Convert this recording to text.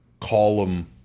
column